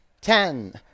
ten